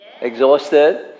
Exhausted